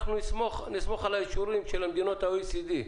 נסמוך על אישורים של מדינות ה-OECD.